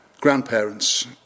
grandparents